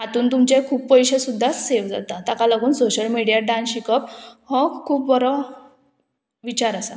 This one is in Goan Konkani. हांतून तुमचे खूब पयशे सुद्दा सेव जाता ताका लागून सोशल मिडिया डांस शिकप हो खूब बरो विचार आसा